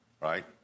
right